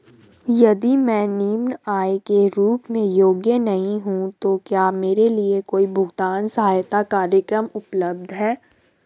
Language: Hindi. यदि मैं निम्न आय के रूप में योग्य नहीं हूँ तो क्या मेरे लिए कोई भुगतान सहायता कार्यक्रम उपलब्ध है?